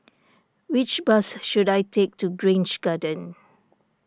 which bus should I take to Grange Garden